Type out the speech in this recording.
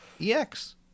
EX